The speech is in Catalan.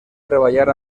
treballar